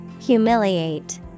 Humiliate